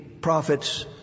prophets